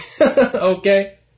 okay